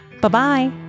Bye-bye